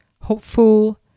hopeful